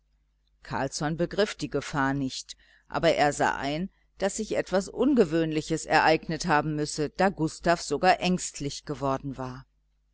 carlsson begriff die gefahr nicht aber er sah ein daß sich etwas ungewöhnliches ereignet haben müsse da gustav sogar ängstlich geworden war